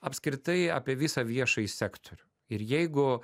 apskritai apie visą viešąjį sektorių ir jeigu